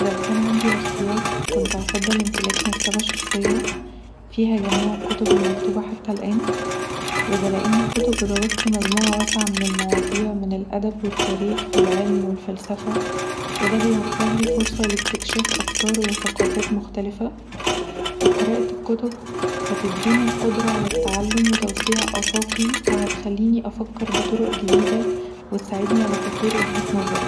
لو كانت عندي الاختيار كنت هفضل امتلاك مكتبة شخصية فيها جميع الكتب المكتوبه حتي الآن وده لأن الكتب بتغطي مجموعه واسعه من المواضيع من الأدب والتاريخ والعلم والفلسفه وده بيوفرلي فرصه لإستكشاف افكار وثقافات مختلفه وقراءة الكتب هتديني القدره علي التعلم وتوسيع آفاقي وهتخليني افكر بطرق جديده وتساعدني علي تطوبر وجهات نظري